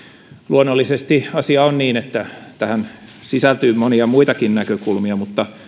luonnollisesti asia on niin että tähän sisältyy monia muitakin näkökulmia mutta